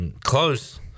Close